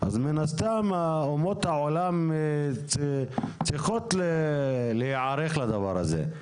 מן הסתם אומות העולם צריכות להיערך לדבר הזה.